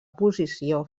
posició